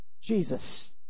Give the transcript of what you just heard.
Jesus